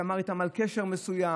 שמר איתם על קשר מסוים,